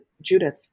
Judith